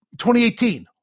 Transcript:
2018